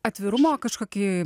atvirumo kažkokį